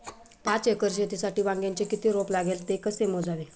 पाच एकर शेतीसाठी वांग्याचे किती रोप लागेल? ते कसे मोजावे?